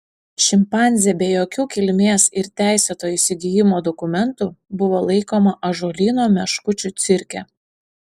šimpanzė be jokių kilmės ir teisėto įsigijimo dokumentų buvo laikoma ąžuolyno meškučių cirke